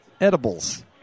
edibles